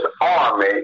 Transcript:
army